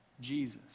Jesus